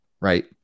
right